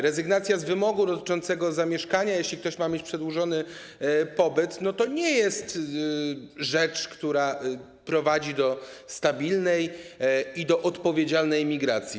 Rezygnacja z wymogu dotyczącego zamieszkania, jeśli ktoś ma mieć przedłużony pobyt, to nie jest rzecz, która prowadzi do stabilniej i odpowiedzialnej migracji.